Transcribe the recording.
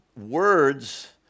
words